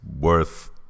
worth